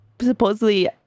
supposedly